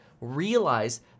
realize